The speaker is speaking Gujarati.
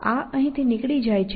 આ અહીં થી નીકળી જાય છે